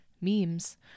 memes